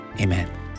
Amen